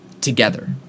together